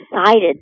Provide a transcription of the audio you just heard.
excited